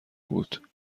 بود